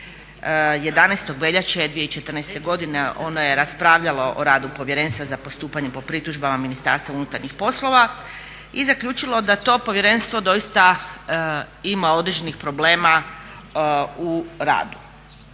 11. veljače 2014. godine ono je raspravljalo o radu Povjerenstva za postupanje po pritužbama Ministarstva unutarnjih poslova i zaključilo da to povjerenstvo doista ima određenih problema u radu.